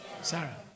Sarah